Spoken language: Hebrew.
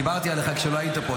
דיברתי עליך כשלא היית פה,